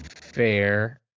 fair